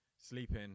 sleeping